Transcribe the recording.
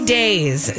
days